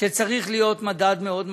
שצריך להיות מדד מאוד משמעותי.